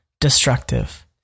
destructive